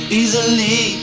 easily